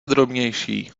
drobnější